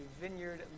Vineyard